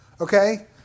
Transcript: okay